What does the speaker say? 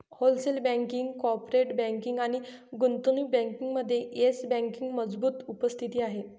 wholesale banking, corporate banking आणि गुंतवणूक बँकिंगमध्ये येस बँकेची मजबूत उपस्थिती आहे